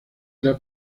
era